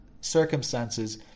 circumstances